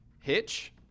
Hitch